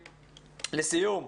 לסיום,